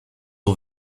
aux